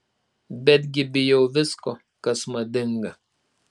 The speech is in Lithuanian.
betgi bijau visko kas madinga